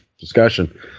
discussion